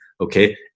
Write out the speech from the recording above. Okay